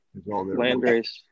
Landrace